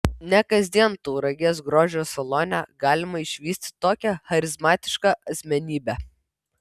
ne kasdien tauragės grožio salone galima išvysti tokią charizmatišką asmenybę